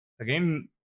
again